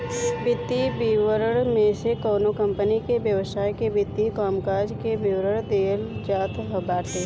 वित्तीय विवरण में कवनो कंपनी के व्यवसाय के वित्तीय कामकाज के विवरण देहल जात बाटे